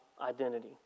identity